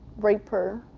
rape her.